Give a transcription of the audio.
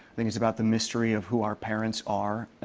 like it's about the mystery of who our parents are.